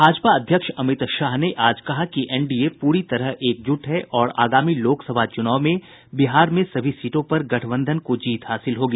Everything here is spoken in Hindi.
भाजपा अध्यक्ष अमित शाह ने आज कहा कि एनडीए पूरी तरह एकजुट है और आगामी लोक सभा चुनाव में बिहार में सभी सीटों पर गठबंधन को जीत हासिल होगी